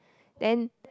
then